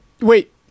Wait